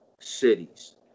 cities